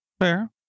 Fair